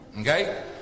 Okay